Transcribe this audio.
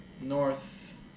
North